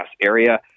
area